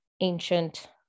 ancient